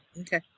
Okay